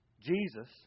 Jesus